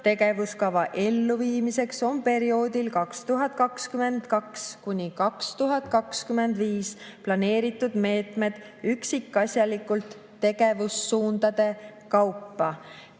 Tegevuskava elluviimiseks on perioodil 2022–2025 planeeritud meetmed üksikasjalikult tegevussuundade kaupa.